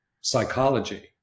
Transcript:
psychology